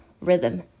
rhythm